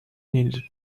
needed